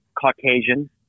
Caucasian